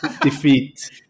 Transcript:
defeat